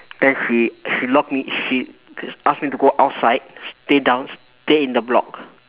then she she lock me she ask me to go outside stay down stay in the block